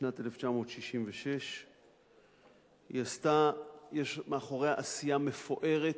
משנת 1966. יש מאחוריה עשייה מפוארת.